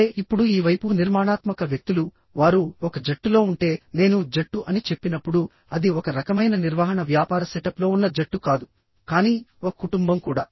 సరే ఇప్పుడు ఈ వైపుః నిర్మాణాత్మక వ్యక్తులు వారు ఒక జట్టులో ఉంటే నేను జట్టు అని చెప్పినప్పుడు అది ఒక రకమైన నిర్వహణ వ్యాపార సెటప్లో ఉన్న జట్టు కాదు కానీ ఒక కుటుంబం కూడా